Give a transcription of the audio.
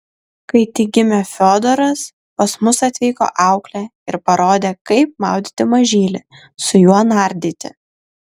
kai tik gimė fiodoras pas mus atvyko auklė ir parodė kaip maudyti mažylį su juo nardyti